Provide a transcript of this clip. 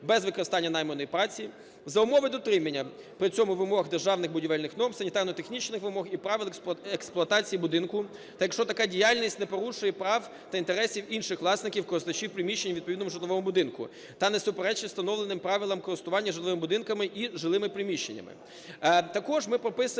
Також ми прописуємо